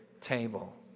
table